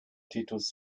titus